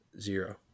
Zero